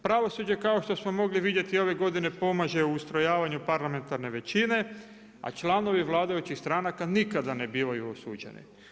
Pravosuđe kao što smo mogli vidjeti i ove godine pomaže u ustrajavanju parlamentarne većine a članovi vladajućih stranaka nikada ne bivaju osuđeni.